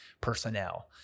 personnel